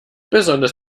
besonders